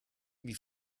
wie